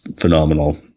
phenomenal